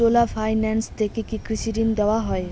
চোলা finance থেকে কি কৃষি ঋণ দেওয়া হয়?